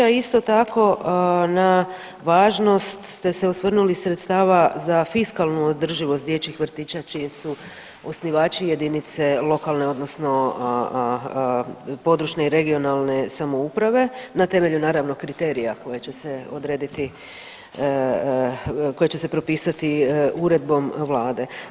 A isto tako na važnost ste se osvrnuli sredstava za fiskalnu održivost dječjih vrtića čiji su osnivači jedinice lokalne odnosno područne i regionalne samouprave na temelju naravno kriterija koje će se odrediti koje će se propisati uredbom vlade.